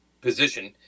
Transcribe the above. position